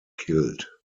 killed